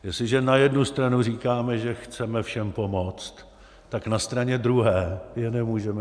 Jestliže na jednu stranu říkáme, že chceme všem pomoct, tak na straně druhé je nemůžeme zatěžovat.